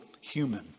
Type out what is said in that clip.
human